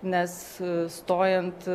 nes stojant